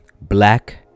Black